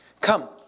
come